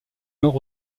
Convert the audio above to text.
nord